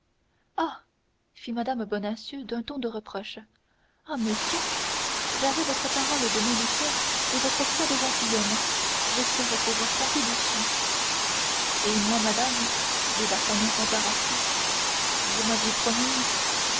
fit mme bonacieux d'un ton de reproche ah monsieur j'avais votre parole de militaire et votre foi de gentilhomme j'espérais pouvoir compter dessus et moi madame dit d'artagnan embarrassé vous m'aviez promis